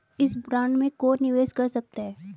इस बॉन्ड में कौन निवेश कर सकता है?